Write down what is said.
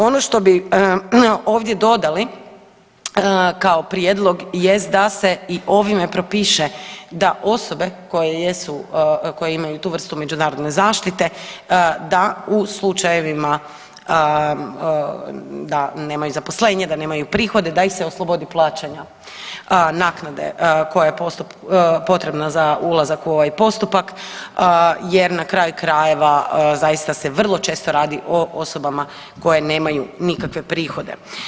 Ono što bi ovdje dodali kao prijedlog jest da se i ovime propiše da osobe koje jesu, koje imaju tu vrstu međunarodne zaštite da u slučajevima da nemaju zaposlenje, da nemaju prihode da ih se oslobodi plaćanja naknade koja je potrebna za ulazak u ovaj postupak jer na kraju krajeva zaista se vrlo često radi o osobama koje nemaju nikakve prihoda.